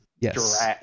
Yes